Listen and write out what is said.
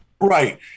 right